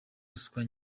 ruswa